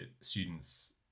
students